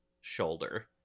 shoulder